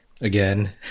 Again